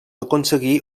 aconseguí